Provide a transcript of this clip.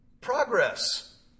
Progress